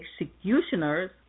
executioners